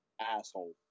asshole